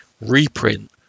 reprint